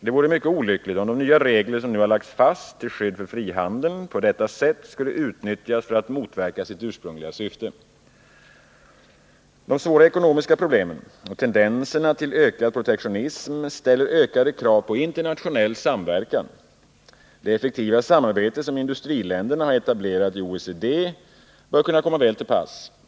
Det vore mycket olyckligt om de nya regler som nu har lagts fast till skydd för frihandeln på detta sätt skulle utnyttjas för att motverka sitt ursprungliga syfte. De svåra ekonomiska problemen och tendenserna till ökad protektionism ställer ökade krav på internationell samverkan. Det effektiva samarbete som industriländerna etablerat i OECD bör kunna komma väl till pass.